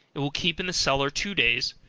it will keep in the cellar two days,